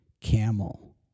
Camel